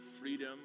freedom